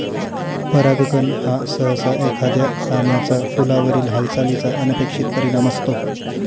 परागकण हा सहसा एखाद्या प्राण्याचा फुलावरील हालचालीचा अनपेक्षित परिणाम असतो